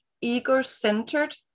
ego-centered